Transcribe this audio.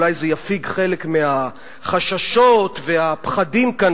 אולי זה יפיג חלק מהחששות והפחדים כאן